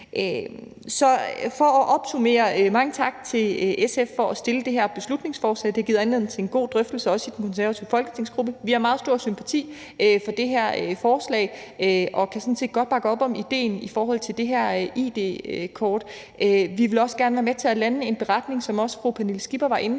Så for at opsummere vil jeg sige mange tak til SF for at fremsætte det her beslutningsforslag. Det har givet anledning til en god drøftelse, også i den konservative folketingsgruppe. Vi har meget stor sympati for det her forslag og kan sådan set godt bakke op om idéen om det her id-kort. Vi vil også gerne være med til at lande en beretning, som også fru Pernille Skipper var inde